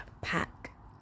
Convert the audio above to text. pack